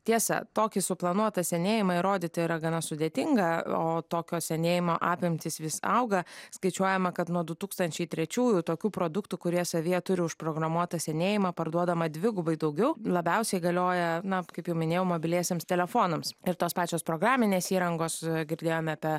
tiesa tokį suplanuotą senėjimą įrodyti yra gana sudėtinga o tokio senėjimo apimtys vis auga skaičiuojama kad nuo du tūkstančiai trečiųjų tokių produktų kurie savyje turi užprogramuotą senėjimą parduodama dvigubai daugiau labiausiai galioja na kaip jau minėjau mobiliesiems telefonams ir tos pačios programinės įrangos girdėjome apie